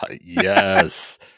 Yes